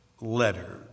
letter